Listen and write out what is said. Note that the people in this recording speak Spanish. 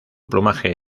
plumaje